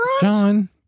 John